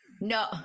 no